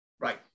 Right